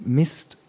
missed